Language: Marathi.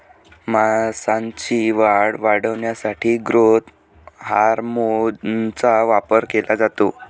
मांसाची वाढ वाढवण्यासाठी ग्रोथ हार्मोनचा वापर केला जातो